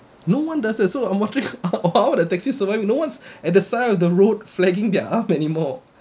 no one does it so I'm wondering how will the taxi survive no one's at the side of the road flagging them up anymore